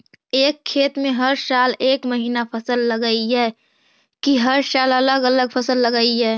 एक खेत में हर साल एक महिना फसल लगगियै कि हर साल अलग अलग फसल लगियै?